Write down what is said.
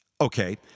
Okay